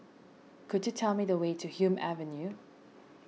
could you tell me the way to Hume Avenue